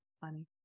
funny